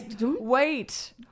wait